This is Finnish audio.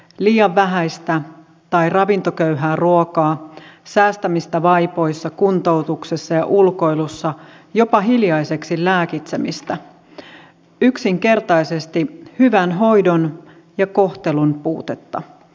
liian vähäistä tai ravintoköyhää ruokaa säästämistä vaipoissa kuntoutuksessa ja ulkoilussa jopa hiljaiseksi lääkitsemistä yksinkertaisesti hyvän hoidon ja kohtelun puutetta